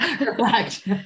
reflect